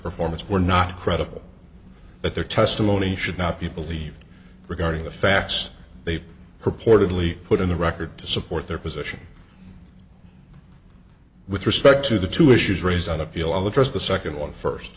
performance were not credible that their testimony should not be believed regarding the facts they purportedly put in the record to support their position with respect to the two issues raised on appeal of the first the second one first